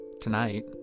Tonight